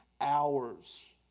hours